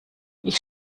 ich